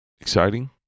exciting